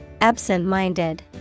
absent-minded